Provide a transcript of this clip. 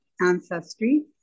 ancestry